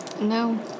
No